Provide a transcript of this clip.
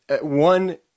one